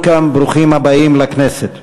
Welcome, ברוכים הבאים לכנסת.